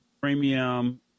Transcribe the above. premium